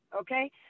okay